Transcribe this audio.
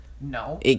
No